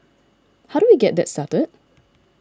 how do we get that started